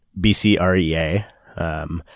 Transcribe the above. BCREA